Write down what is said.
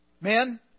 Men